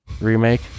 remake